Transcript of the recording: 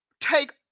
take